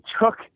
took